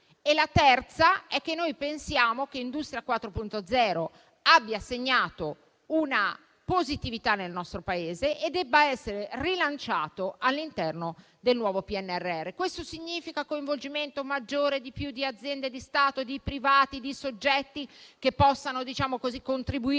Pensiamo che il piano Industria 4.0 abbia segnato una positività nel nostro Paese e debba essere rilanciato all'interno del nuovo PNRR. Ciò comporta un coinvolgimento maggiore di aziende di Stato, di privati e di soggetti che possono contribuire